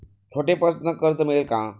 छोटे पर्सनल कर्ज मिळेल का?